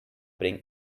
bring